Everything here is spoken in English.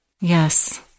Yes